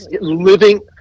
living